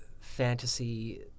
fantasy